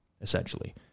essentially